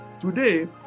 today